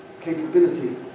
capability